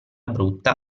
brutta